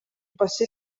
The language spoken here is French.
passer